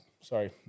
sorry